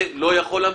זה לא יכול להמשיך.